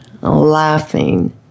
laughing